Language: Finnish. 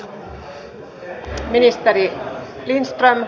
arvoisa rouva puhemies